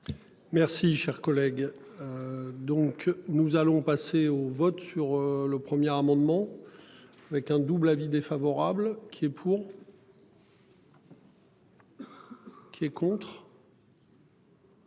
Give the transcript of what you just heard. Merci cher collègue. Donc nous allons passer au vote sur le premier amendement. Avec un double avis défavorable qui est pour. Qui est contre.